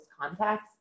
contacts